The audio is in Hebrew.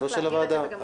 צריך להגיד את זה.